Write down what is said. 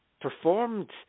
performed